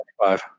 25